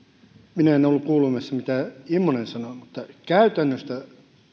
minä en ollut kuulemassa mitä immonen sanoi että käytännöstä